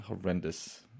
horrendous